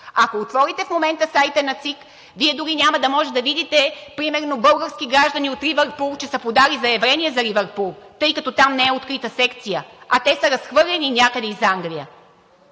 Ако в момента отворите сайта на ЦИК, Вие дори няма да може да видите примерно български граждани от Ливърпул, че са подали заявление за Ливърпул, тъй като там не е открита секция, а те са разхвърляни някъде из Англия.